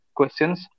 questions